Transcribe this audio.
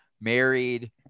married